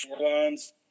shorelines